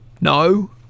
No